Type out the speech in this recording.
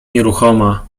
nieruchoma